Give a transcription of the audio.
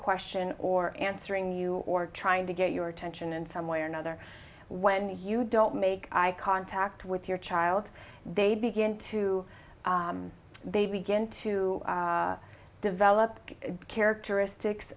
question or answering you or trying to get your attention in some way or another when you don't make eye contact with your child they begin to they begin to develop characteristics